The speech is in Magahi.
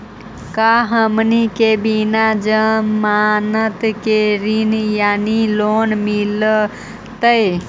का हमनी के बिना जमानत के ऋण यानी लोन मिलतई?